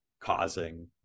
causing